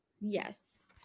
yes